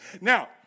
Now